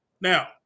Now